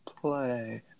Play